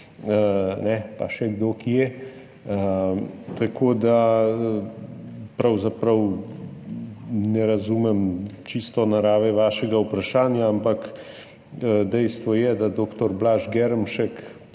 pa še kdo kje, tako da pravzaprav ne razumem čisto narave vašega vprašanja. Ampak dejstvo je, da dr. Blaž Germšek